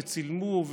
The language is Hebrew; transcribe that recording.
צילמו,